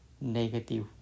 negative